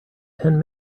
ten